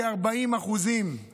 כ-40%;